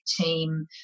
team